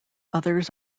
others